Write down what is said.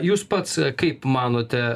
jūs pats kaip manote